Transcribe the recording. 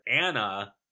Anna